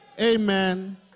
Amen